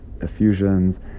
effusions